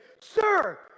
sir